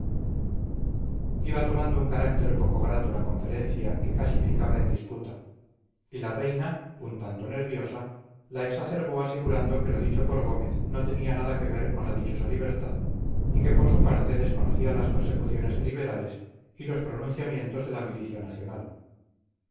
iba tomando un carácter poco grato la conferencia que casi picaba en disputa y la reina un tanto nerviosa la exacerbó asegurando que lo dicho por gómez no tenía nada que ver con la dichosa libertad y que por su parte desconocía las persecuciones de liberales y los pronunciamientos de la milicia nacional